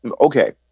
Okay